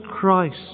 Christ